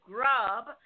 Grub